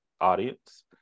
audience